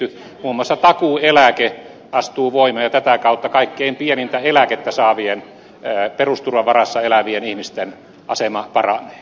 muun muassa takuueläke astuu voimaan ja tätä kautta kaikkein pienintä eläkettä saavien perusturvan varassa elävien ihmisten asema paranee